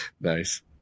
Nice